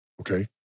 okay